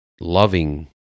loving